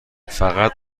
فقط